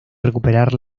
recuperar